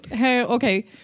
Okay